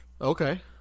Okay